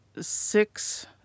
six